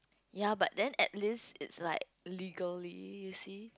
ya but then at least it's like legally you see